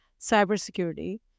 cybersecurity